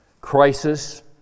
crisis